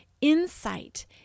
insight